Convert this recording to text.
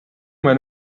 men